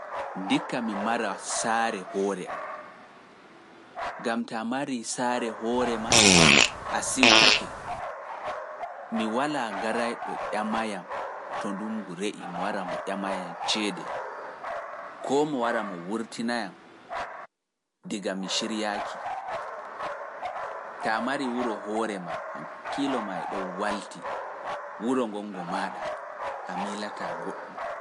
Ndikka mi mara saare hoore am, gam taa mari saare hoore ma a siwtake, mi walaa garayɗo ƴama yam to ndungu re'i, mi wara mo ƴama yam ceede, koo mo wara mo wurtina yam, diga mi siriyaaki, taa mari wuro hoore ma, hankiilo ma e ɗon walti wuro ngongo maaɗa, a miilataa goɗɗum.